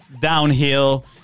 downhill